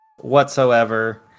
whatsoever